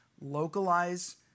localize